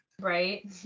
right